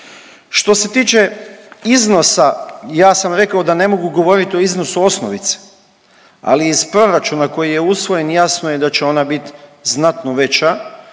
Što se tiče iznosa, ja sam rekao da ne mogu govoriti o iznosu osnovice. Ali iz proračuna koji je usvojen jasno je da će ona biti znatno veća